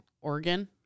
Oregon